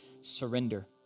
surrender